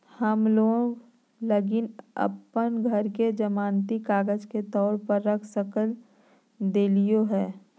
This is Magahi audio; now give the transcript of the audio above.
हम लोन लगी अप्पन घर के जमानती कागजात के तौर पर रख देलिओ हें